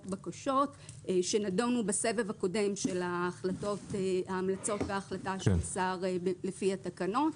בקשות שנדונו בסבב הקודם של ההמלצות וההחלטה של השר לפי התקנות.